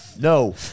No